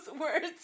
words